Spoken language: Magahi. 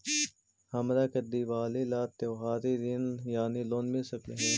हमरा के दिवाली ला त्योहारी ऋण यानी लोन मिल सकली हे?